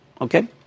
Okay